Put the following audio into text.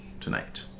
tonight